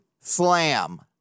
slam